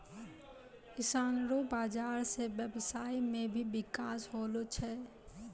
किसानो रो बाजार से व्यबसाय मे भी बिकास होलो छै